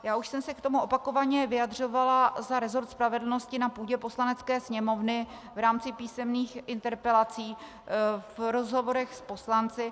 Já už jsem se k tomu opakovaně vyjadřovala za resort spravedlnosti na půdě Poslanecké sněmovny v rámci písemných interpelací, v rozhovorech s poslanci.